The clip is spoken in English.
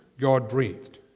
God-breathed